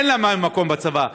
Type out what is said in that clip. אין להם מקום בצבא.